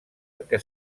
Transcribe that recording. que